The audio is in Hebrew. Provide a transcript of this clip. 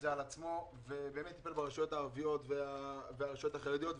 ובאמת טיפל ברשויות הערביות וברשויות החרדיות.